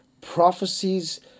prophecies